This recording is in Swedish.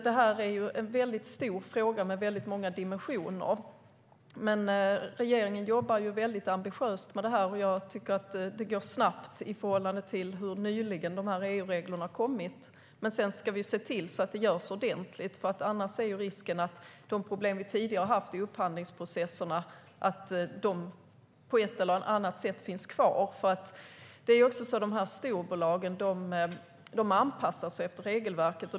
Det här är en väldigt stor fråga med många dimensioner. Men regeringen jobbar mycket ambitiöst med detta. Jag tycker att det går snabbt i förhållande till hur nyligen EU-reglerna kom. Men sedan ska vi se till att det görs ordentligt. Annars är risken att de problem vi tidigare haft i upphandlingsprocesserna på ett eller annat sätt blir kvar. Det är också så att storbolagen anpassar sig efter regelverket.